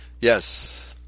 Yes